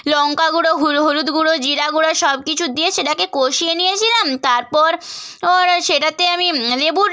লঙ্কা গুঁড়ো হলুদগুঁড়ো জিরা গুঁড়া সব কিছু দিয়ে সেটাকে কষিয়ে নিয়েছিলাম তারপর অর সেটাতে আমি লেবুর